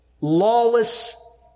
lawless